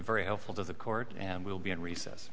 very helpful to the court and we'll be in recess